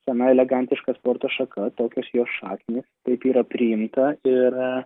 sena elegantiška sporto šaka tokios jos šaknys taip yra priimta ir